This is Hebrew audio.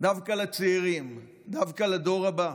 דווקא לצעירים, דווקא לדור הבא,